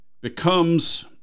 becomes